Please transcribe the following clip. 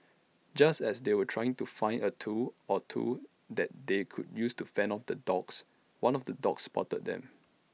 just as they were trying to find A tool or two that they could use to fend off the dogs one of the dogs spotted them